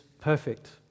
perfect